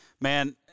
man